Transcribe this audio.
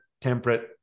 temperate